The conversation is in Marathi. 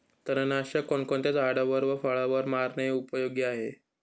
तणनाशक कोणकोणत्या झाडावर व फळावर मारणे उपयोगी आहे?